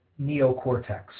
neocortex